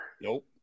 Nope